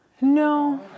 No